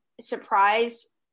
surprised